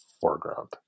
foreground